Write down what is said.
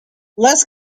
less